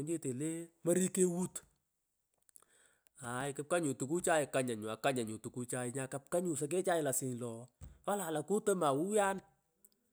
atukipit nya.